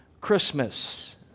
Christmas